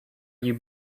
you